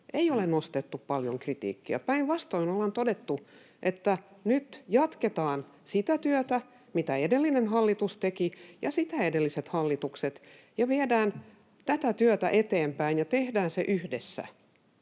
ei ole nostettu paljon kritiikkiä. Päinvastoin ollaan todettu, että nyt jatketaan sitä työtä, mitä edellinen hallitus ja sitä edelliset hallitukset tekivät, ja viedään tätä työtä eteenpäin ja tehdään se yhdessä.